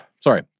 Sorry